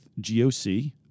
GOC